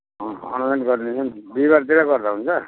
अँ अनलाइन गरिदिन्छु नि बिहिबारतिर गर्दा हुन्छ